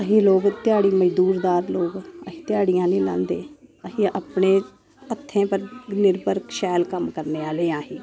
असी लोग ध्याड़ी मजदूरदार लोग असी ध्याड़ियां नी लांदे अस अपने हत्थें पर निर्भर शैल कम्म करने आह्ले आं अस